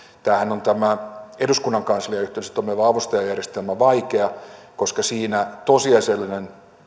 tämä eduskunnan kanslian yhteydessä toimiva avustajajärjestelmähän on vaikea koska siinä tosiasiallinen